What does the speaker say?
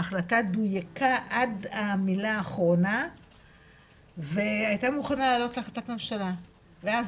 ההחלטה דוייקה עד המילה האחרונה והייתה מוכנה לעלות להחלטת ממשלה ואז